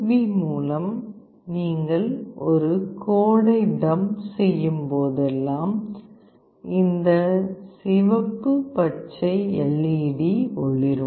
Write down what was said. B மூலம் நீங்கள் ஒரு கோடை டம்ப் செய்யும்போதெல்லாம் இந்த சிவப்பு பச்சை LED ஒளிரும்